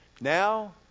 now